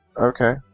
Okay